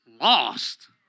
lost